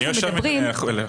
אני יושב מסביב לשולחן.